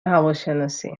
هواشناسی